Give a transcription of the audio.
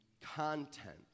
content